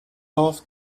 off